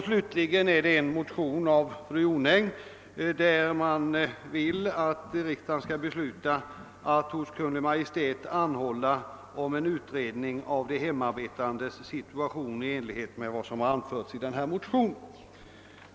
Slutligen är det en motion av fru Jonäng, att riksdagen hos Kungl. Maj:t skall anhålla om en utredning om de hemarbetandes situation i enlighet med vad som har anförts i motionen.